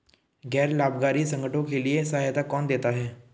गैर लाभकारी संगठनों के लिए सहायता कौन देता है?